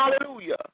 Hallelujah